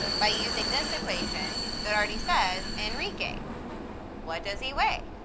by using this equation that already says, enrique what does he weigh?